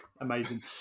amazing